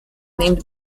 named